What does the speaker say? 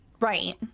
Right